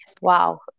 wow